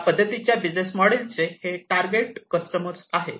ह्या पद्धतीच्या बिजनेस मॉडेलचे हे टार्गेट कस्टमर आहेत